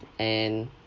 and